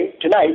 tonight